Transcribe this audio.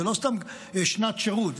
זו לא סתם שנת שירות,